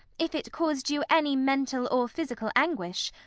if it caused you any mental or physical anguish,